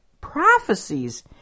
prophecies